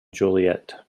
joliet